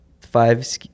five